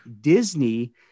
disney